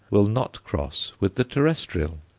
will not cross with the terrestrial,